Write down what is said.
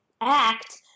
act